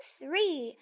three